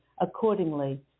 accordingly